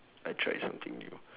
I tried something new